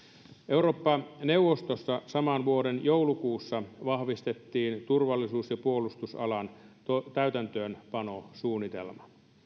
eurooppa neuvostossa saman vuoden joulukuussa vahvistettiin turvallisuus ja puolustusalan täytäntöönpanosuunnitelma